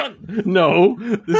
No